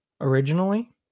originally